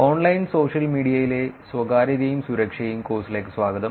online social മീഡിയയിലെ സ്വകാര്യതയും സുരക്ഷയും കോഴ്സിലേക്ക് സ്വാഗതം